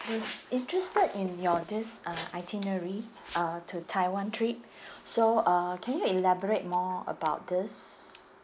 was interested in your this uh itinerary uh to taiwan trip so uh can you elaborate more about this